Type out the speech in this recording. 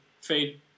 Fade